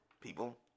people